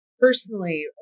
Personally